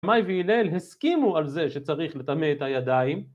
מאי והילל הסכימו על זה שצריך לטמא את הידיים.